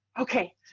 okay